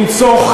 אז תגרש.